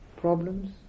problems